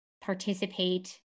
participate